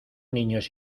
niños